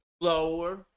lower